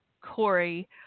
Corey